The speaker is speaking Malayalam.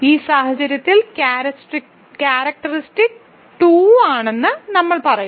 ഈ സാഹചര്യത്തിൽ ക്യാരക്റ്ററിസ്റ്റിക് 2 ആണെന്ന് നമ്മൾ പറയുന്നു